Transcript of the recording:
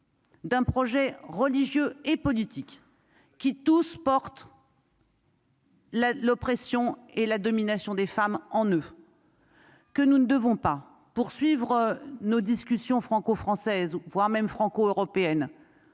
D'un projet religieux et politiques qui tous portent. La l'oppression et la domination des femmes en ne que nous ne devons pas poursuivre nos discussions franco-française, voire même franco-européenne